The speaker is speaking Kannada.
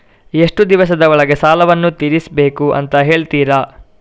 ಎಷ್ಟು ದಿವಸದ ಒಳಗೆ ಸಾಲವನ್ನು ತೀರಿಸ್ಬೇಕು ಅಂತ ಹೇಳ್ತಿರಾ?